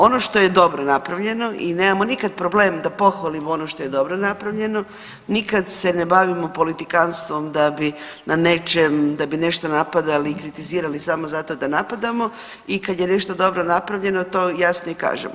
Ono što je dobro napravljeno i nemamo nikad problem da pohvalimo ono što je dobro napravljeno, nikad se ne bavimo politikantstvom da bi na nečem, da bi nešto napadali i kritizirali samo zato da napadamo i kad je nešto dobro napravljeno, to jasno i kažemo.